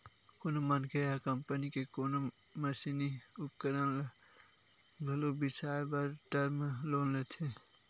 कोनो मनखे ह कंपनी के कोनो मसीनी उपकरन ल घलो बिसाए बर टर्म लोन लेथे